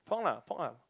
pork lah pork lah